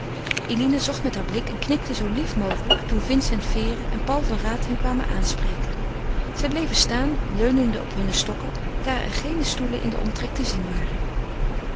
eline zocht met haar blik en knikte zoo lief mogelijk toen vincent vere en paul van raat hen kwamen aanspreken zij bleven staan leunende op hunne stokken daar er geene stoelen in den omtrek te zien waren